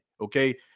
Okay